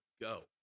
go